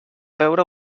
veure